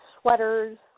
sweaters